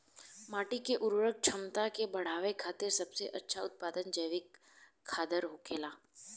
माटी के उर्वरक क्षमता के बड़ावे खातिर सबसे अच्छा उत्पाद जैविक खादर होखेला